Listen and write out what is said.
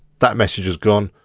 that message is gone.